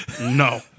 No